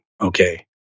Okay